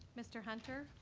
mr. hunter?